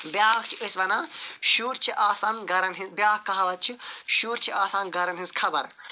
بیاکھ چھِ أسۍ وَنان شُر چھُ آسان گَرَن ہٕنٛد بیاکھ کہاوت چھِ شُر چھ آسان گَرَن ہٕنٛز خَبر